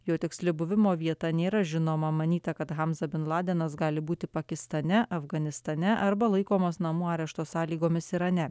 jo tiksli buvimo vieta nėra žinoma manyta kad hamza bin ladenas gali būti pakistane afganistane arba laikomas namų arešto sąlygomis irane